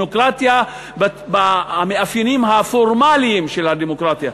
או מהמאפיינים הפורמליים של הדמוקרטיה.